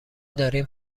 داریم